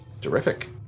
Terrific